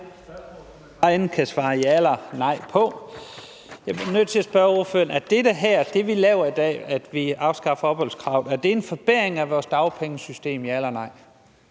en forbedring af vores dagpengesystem